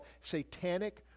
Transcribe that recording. satanic